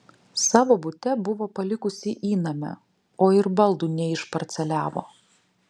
savo bute buvo palikusi įnamę o ir baldų neišparceliavo